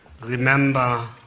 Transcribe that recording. Remember